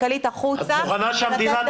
כמכסת ימי המנוחה.